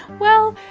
well,